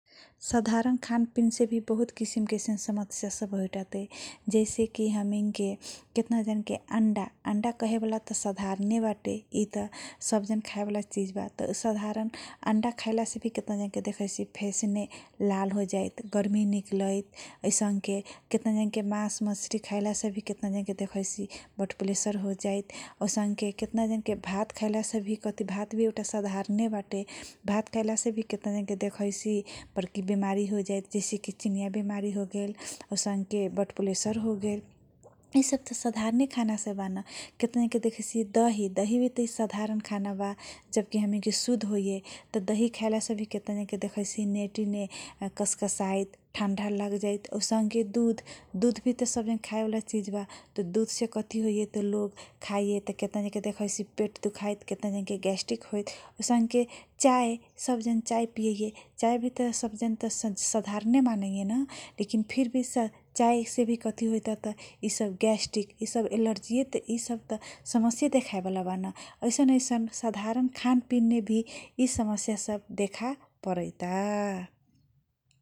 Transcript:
साधारण खानपिनसे भि बहुत किसिमके ऐसन समस्या सब होइताते जैसे कि हमीनके केतना जनके अण्डा, अण्डा कहेवाला त साधारणे बाते यी त सब जन खाएबाला चीज बा । साधारण अण्डा खैला से केतना जनके देखैछि फेसमे लाल होजाइत, गर्मी निकलैइत ऐसनके केतनाजनके मास मछरी खएला से भि केतना जनके देखैछि ब्लड प्रेसर होजाइत औसनके केतना जन के भात खएलासे भि कथी भात भी एउटा साधारणे बाते । भात खएलासेभि केतना जनके देखैछि बर्की बिमारी होजाइत कि चिनिया बिमारी होजाइत औसनके ब्लड प्रेसर होगेल यि सब त साधारणे खाना से बा न केतना जनके देखैछि दही भी त यि साधारणे खाना बा जब कि हमीनके शुद्ध होइऐ । दही खएलासे भि केतना जनके देखैछि नेटी ने कसकसाइत, ठण्ढा लगजाइत, औसनके दुध भी त सब जन खाएबाला चीज बा । दुधसे कथी होइऐ, लोग खाइए त केतना जनके देखैछि पेट दुखाइत, केतना जन के ग्याष्ट्रिक होइत औसनके सब जन चाए पियैए, चाए भि त सब जन त साधारणे मानैए लेकिन फिर भी चाहे से भी कथी होइए त ग्याष्ट्रिक, यि सब एलजिए त समसीए देखाइत, ऐसन ऐसन साधारण खान पिनने भि यि समस्यासब देख परैता ।